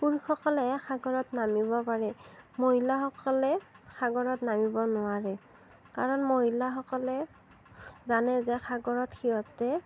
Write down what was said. পুৰুষসকলেহে সাগৰত নামিব পাৰে মহিলাসকলে সাগৰত নামিব নোৱাৰে কাৰণ মহিলাসকলে জানে যে সাগৰত সিহঁতে